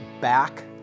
Back